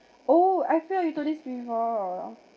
oh I feel you told this to me before